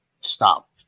stop